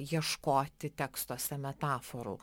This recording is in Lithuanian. ieškoti tekstuose metaforų